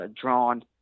drawn